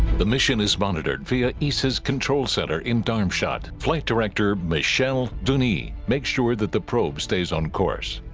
the mission is monitored via isis control center in darmstadt flight director michelle doonie makes sure that the probe stays on course